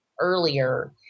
earlier